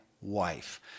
wife